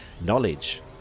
knowledge